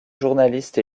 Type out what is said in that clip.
journaliste